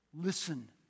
listen